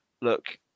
Look